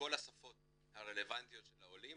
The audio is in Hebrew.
בכל השפות הרלבנטיות של העולים.